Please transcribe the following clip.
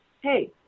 Hey